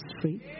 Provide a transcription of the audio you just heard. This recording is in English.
free